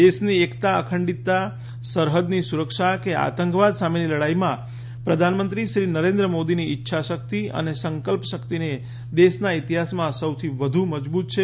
દેશની એકતા અખંડિતતા સરહદની સુરક્ષા કે આતંકવાદ સામેની લડાઈમાં પ્રધાનમંત્રીશ્રી નરેન્દ્ર મોદીની ઈચ્છાશક્તિ અને સંકલ્પ એ દેશના ઈતિહાસમાં સૌથી વધુ મજબૂત છે